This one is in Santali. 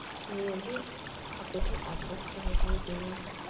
ᱱᱤᱭᱟᱹᱜᱤ ᱟᱯᱮᱴᱷᱮᱡ ᱟᱨᱫᱟᱥ ᱛᱟᱦᱮᱸ ᱠᱟᱱᱛᱤᱧᱟᱹ